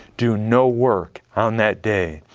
do no work on that day.